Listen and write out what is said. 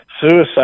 suicide